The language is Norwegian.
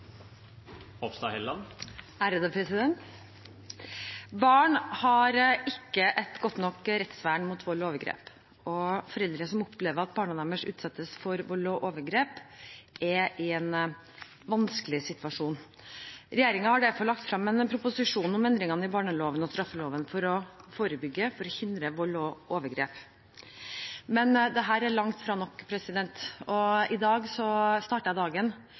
Barn har ikke et godt nok rettsvern mot vold og overgrep. Foreldre som opplever at barna deres utsettes for vold og overgrep, er i en vanskelig situasjon. Regjeringen har derfor lagt frem en proposisjon om endringer i barneloven og straffeloven for å forebygge og hindre vold og overgrep. Men dette er langt fra nok. I dag startet jeg dagen